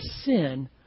sin